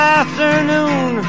afternoon